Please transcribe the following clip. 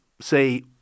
say